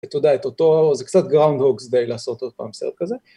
אתה יודע, את אותו, זה קצת groundhogs day לעשות עוד פעם סרט כזה.